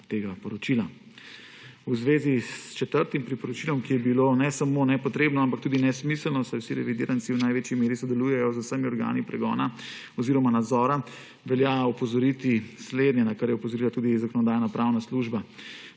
tega poročila. V zvezi s 4. priporočilom, ki je bilo ne samo nepotrebno, ampak tudi nesmiselno, saj vsi revidiranci v največji meri sodelujejo z vsemi organi nadzora, velja opozoriti slednje, na kar je opozorila tudi Zakonodajno-pravna služba